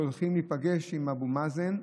שהולכים להיפגש עם אבו מאזן?